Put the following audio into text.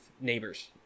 neighbors